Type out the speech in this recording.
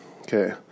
Okay